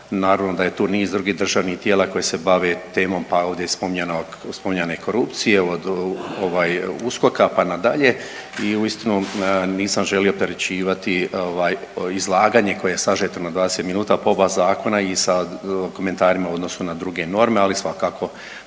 Naravno da je tu niz drugih državnih tijela koji se bave temom, pa ovdje je i spominjane korupcije od USKOK-a pa nadalje. I uistinu nisam želio opterećivati izlaganje koje je sažeto na 20 minuta po oba zakona i sa komentarima u odnosu na druge norme, ali svakako